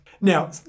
Now